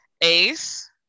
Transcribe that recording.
Ace